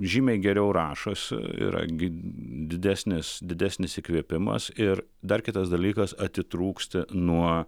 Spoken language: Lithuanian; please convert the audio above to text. žymiai geriau rašosi yra didesnis didesnis įkvėpimas ir dar kitas dalykas atitrūksti nuo